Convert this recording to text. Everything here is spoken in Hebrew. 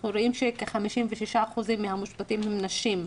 אנחנו רואים שכ-56% מהמושבתים הן נשים.